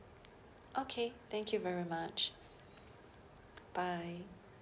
okay thank you very much bye